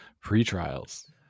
pre-trials